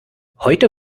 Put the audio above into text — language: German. heute